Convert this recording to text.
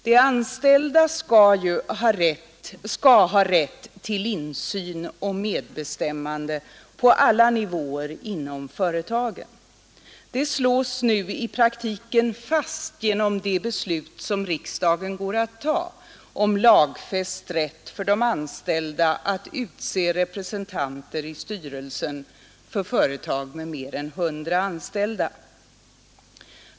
De anställda skall ha rätt till insyn och medbestämmande på alla nivåer inom företagen. Det slås nu i praktiken fast genom det beslut som riksdagen går att fatta om lagfäst rätt för de anställda att utse representanter i styrelsen för företag med mer än 100 anställda.